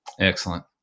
Excellent